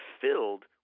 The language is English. filled